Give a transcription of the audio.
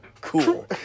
Cool